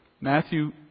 Matthew